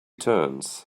turns